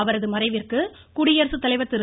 அவரது மறைவுக்கு குடியரசு தலைவர் திரு